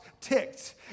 ticked